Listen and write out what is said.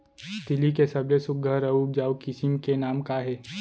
तिलि के सबले सुघ्घर अऊ उपजाऊ किसिम के नाम का हे?